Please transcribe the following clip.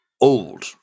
old